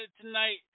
tonight